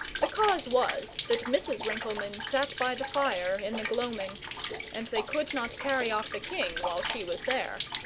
the cause was, that mrs. rinkelmann sat by the fire in the gloaming and they could not carry off the king while she was there.